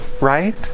right